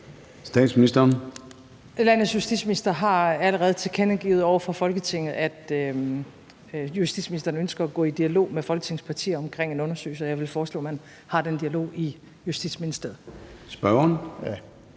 Frederiksen): Landets justitsminister har allerede tilkendegivet over for Folketinget, at justitsministeren ønsker at gå i dialog med Folketingets partier omkring en undersøgelse, og jeg vil foreslå, at man har den dialog i Justitsministeriet. Kl.